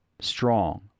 strong